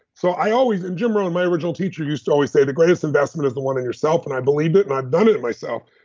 so i always, and jim rohn, my original teacher used to always say, the greatest investment is the one in yourself, and i believed it, and i've done it myself.